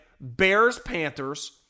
Bears-Panthers